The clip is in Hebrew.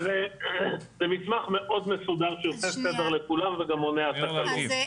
זה מסמך מאוד מסודר שעושה סדר לכולם וגם מונע תקלות.